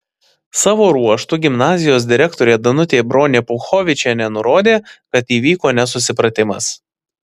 savo ruožtu gimnazijos direktorė danutė bronė puchovičienė nurodė kad įvyko nesusipratimas